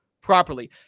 properly